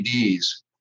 LEDs